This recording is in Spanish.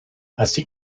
así